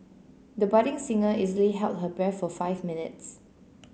the budding singer easily held her breath for five minutes